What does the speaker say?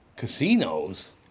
Casinos